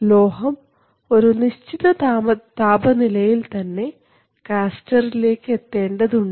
ലോഹം ഒരു നിശ്ചിത താപനിലയിൽ തന്നെ കാസ്റ്റർലേക്ക് എത്തേണ്ടതുണ്ട്